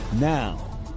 now